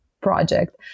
project